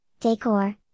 decor